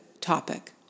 topic